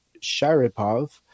Sharipov